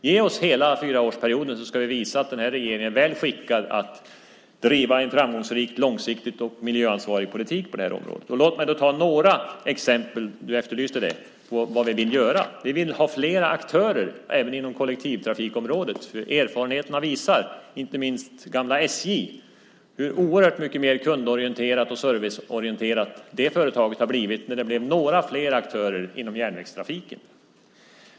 Ge oss hela fyraårsperioden så ska vi visa att den här regeringen är väl skickad att driva en framgångsrik, långsiktig och miljöansvarig politik på det här området. Låt mig ta några exempel på vad vi vill göra. Du efterlyste det. Vi vill ha fler aktörer även inom kollektivtrafikområdet. Inte minst erfarenheterna från gamla SJ visar hur oerhört mycket mer kundorienterat och serviceorienterat det företaget har blivit sedan det blev några fler aktörer inom järnvägstrafiken.